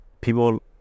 people